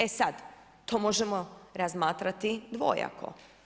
E sad, to možemo razmatrati dvojako.